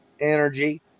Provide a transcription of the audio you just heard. energy